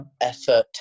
effort